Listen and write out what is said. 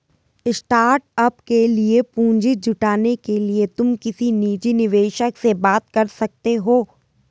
startup के लिए पूंजी जुटाने के लिए तुम किसी निजी निवेशक से बात कर सकते हो